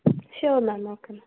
sure ma'am okay ma'am